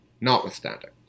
notwithstanding